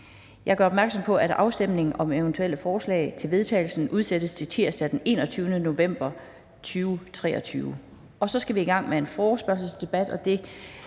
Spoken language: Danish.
Jeg gør opmærksom på, at afstemning om eventuelle forslag til vedtagelse udsættes til tirsdag den 21. november 2023. Vi skal i gang med en forespørgselsdebat,